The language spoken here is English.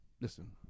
listen